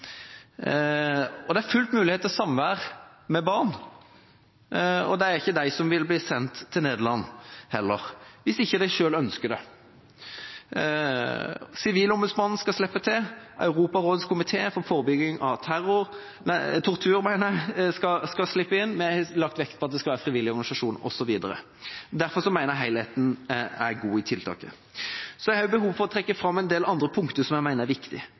igjen. Det er full mulighet til samvær med barn, det er ikke de som vil bli sendt til Nederland heller, hvis ikke de selv ønsker det. Sivilombudsmannen skal slippe til, Europarådets komité for forebygging av tortur skal slippe inn, vi har lagt vekt på at det skal være frivillige organisasjoner osv. Derfor mener jeg helheten i tiltaket er god. Jeg har også behov for å trekke fram en del andre punkter som jeg mener er